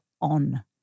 on